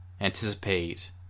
anticipate